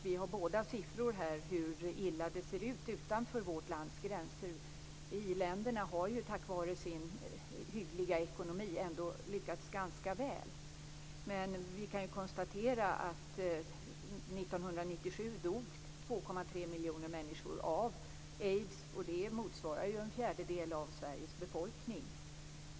Vi har båda siffror på hur illa det ser ut utanför vårt lands gränser. I-länderna har tack vare sin hyggliga ekonomi ändå lyckats ganska väl, men vi kan konstatera att år 1997 dog 2,3 miljoner människor av aids. Det motsvarar en fjärdedel av Sveriges befolkning.